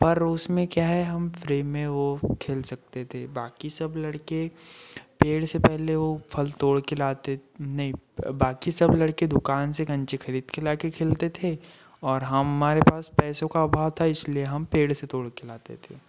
पर उसमें क्या है हम फ्री में वो खेल सकते थे बाकी सब लड़के पेड़ से पहले वो फल तोड़ कर लाते नहीं बाकी सब लड़के दुकान से कंचे खरीद के ला कर खेलते थे और हमारे पास पैसों का अभाव था इसलिए हम पेड़ से तोड़ के लाते थे